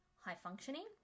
high-functioning